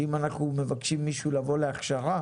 שאם אנחנו מבקשים ממישהו לבוא להכשרה